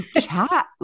chat